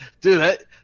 Dude